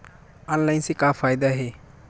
Online से का फ़ायदा हे?